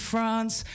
France